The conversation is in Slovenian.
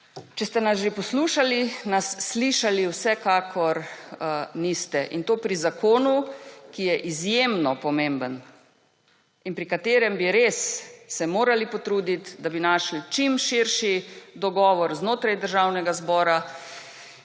Če ste nas že poslušali, nas slišali vsekakor niste. In to pri zakonu, ki je izjemno pomemben in pri katerem bi res se morali potruditi, da bi našli čim širši dogovor znotraj Državnega zbora